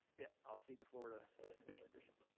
yeah, i'll cede the floor to christian.